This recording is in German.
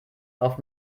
auf